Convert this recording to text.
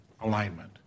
alignment